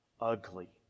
ugly